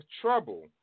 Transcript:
trouble